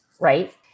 right